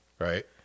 right